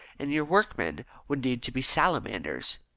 and your workmen would need to be salamanders.